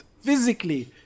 physically